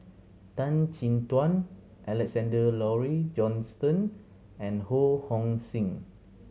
Tan Chin Tuan Alexander Laurie Johnston and Ho Hong Sing